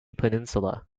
peninsula